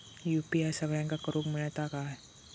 UPI सगळ्यांना करुक मेलता काय?